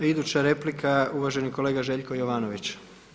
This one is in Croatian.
Iduća replika je uvaženi kolega Željko Jovanović.